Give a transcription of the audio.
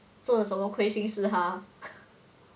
做了什么亏心事 !huh!